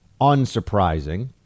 Unsurprising